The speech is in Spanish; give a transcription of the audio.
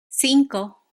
cinco